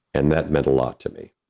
and that meant a lot to me.